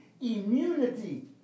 immunity